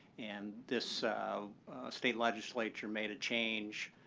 and this state legislature made a change,